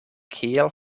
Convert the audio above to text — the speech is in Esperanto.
kiel